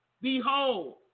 Behold